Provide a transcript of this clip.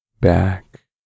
back